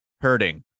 hurting